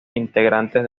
integrantes